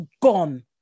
gone